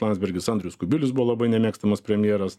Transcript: landsbergis andrius kubilius buvo labai nemėgstamas premjeras